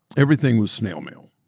everything was snail mail.